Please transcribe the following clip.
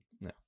No